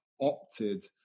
opted